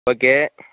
okay